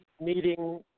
meeting